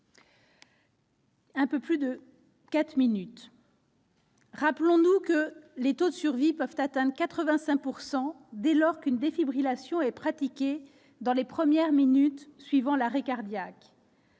un peu plus de quatre minutes. Rappelons-nous que les taux de survie peuvent atteindre 85 %, dès lors qu'une défibrillation est pratiquée dans les premières minutes suivant l'arrêt cardiaque.